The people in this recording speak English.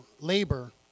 labor